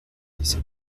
laissé